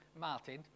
Martin